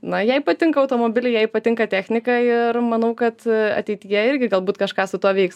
na jai patinka automobiliai jai patinka technika ir manau kad ateityje irgi galbūt kažką su tuo veiks